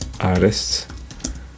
artists